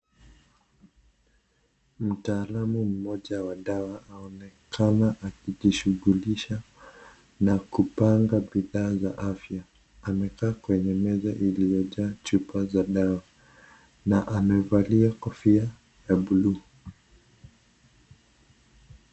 Mtaalamu mmoja wa dawa, aonekana akijishughulisha na kupanga bidhaa za afya. Amekaa kwenye meza iliyojaa chupa za dawa na amevalia kofia ya bluu.